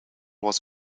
was